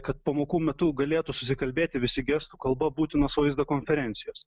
kad pamokų metu galėtų susikalbėti visi gestų kalba būtinos vaizdo konferencijos